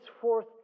forth